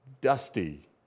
dusty